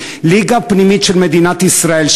ליגה פנימית של מדינת ישראל,